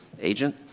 agent